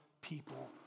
people